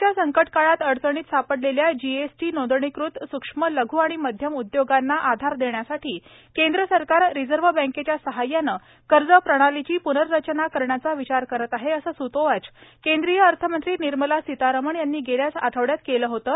कोरोनाच्या संकटकाळात अडचणीत सापडलेल्या जी एस टी नोंदणीकृत सृक्ष्म लघ् आणि मध्यम उद्योगांना आधार देण्यासाठी केंद्र सरकार रिझर्व बँकेच्या सहाय्याने कर्ज प्रणालीची प्नर्रचना करण्याचा विचार करत आहे असं सुतोवाच केंद्रीय अर्थमंत्री निर्मला सीतारमण यांनी गेल्याच आठवड्यात केलं होतं